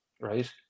right